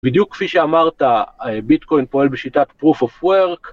בדיוק כפי שאמרת ביטקוין פועל בשיטת proof of work.